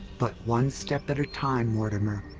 but one step at a time, mortimer.